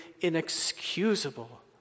inexcusable